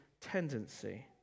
tendency